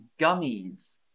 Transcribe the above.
gummies